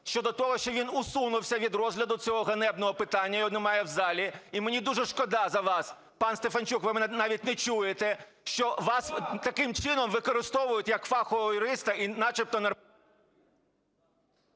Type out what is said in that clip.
щодо того, що він усунувся від розгляду цього ганебного питання, його немає в залі. І мені дуже шкода з вас, пан Стефанчук, ви мене навіть не чуєте, що вас таким чином використовують як фахового юриста і начебто…